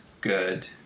good